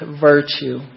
virtue